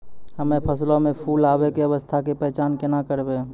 हम्मे फसलो मे फूल आबै के अवस्था के पहचान केना करबै?